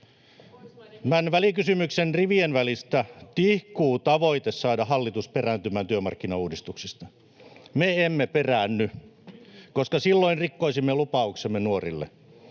Tämän välikysymyksen rivien välistä tihkuu tavoite saada hallitus perääntymään työmarkkinauudistuksista. Emme me peräänny, koska silloin rikkoisimme lupauksemme nuorille.